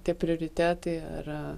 tie prioritetai ir